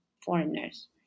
foreigners